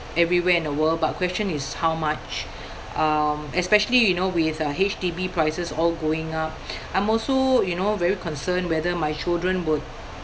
everywhere in the world but question is how much um especially you know with uh H_D_B prices all going up I'm also you know very concerned whether my children would